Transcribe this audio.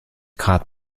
caught